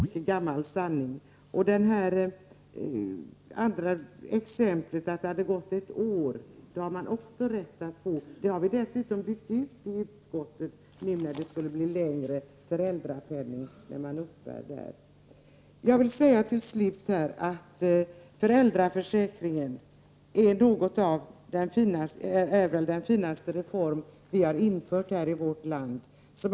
Herr talman! Det är alldeles självklart att om man vill dra in mer pengar till landet, samtidigt som man har ungefär 40 20 av mandaten i riksdagen och är beroende av andra partier vid varje beslut — så är läget i realiteten — måste man göra eftergifter. Det tycker jag att alla borde ha klart för sig. Till Barbro Sandberg vill jag säga att om man har ett återkommande feriearbete blir man inplacerad i sjukpenningklass. Då har man rätt att få ut ersättning. Det är en mycket gammal sanning.